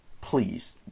please